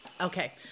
Okay